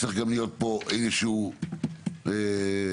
צריך גם להיות פה איזשהו דד-ליין.